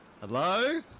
Hello